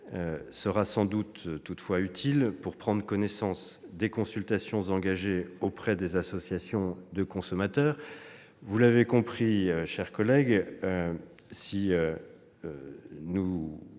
sera toutefois utile pour prendre connaissance des consultations engagées auprès des associations de consommateurs. Comme vous l'aurez compris, mes chers collègues, si nous